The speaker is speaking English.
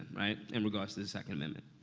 right, in regards to the second amendment.